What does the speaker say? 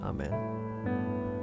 Amen